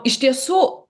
iš tiesų